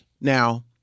now